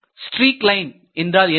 streak line என்றால் என்ன